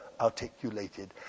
articulated